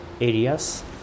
areas